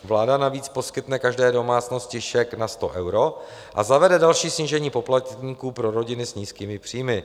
Vláda navíc poskytne každé domácnosti šek na 100 eur a zavede další snížení poplatků pro rodiny s nízkými příjmy.